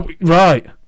Right